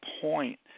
point